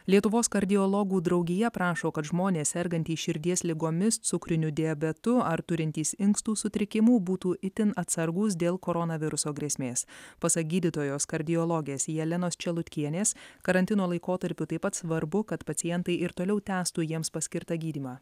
lietuvos kardiologų draugija prašo kad žmonės sergantys širdies ligomis cukriniu diabetu ar turintys inkstų sutrikimų būtų itin atsargūs dėl koronaviruso grėsmės pasak gydytojos kardiologės jelenos čelutkienės karantino laikotarpiu taip pat svarbu kad pacientai ir toliau tęstų jiems paskirtą gydymą